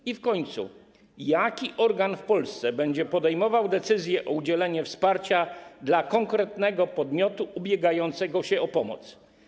I w końcu jaki organ w Polsce będzie podejmował decyzje o udzieleniu wsparcia dla konkretnego podmiotu ubiegającego się o pomoc?